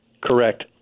Correct